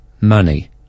money